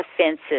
offenses